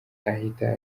ahita